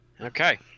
Okay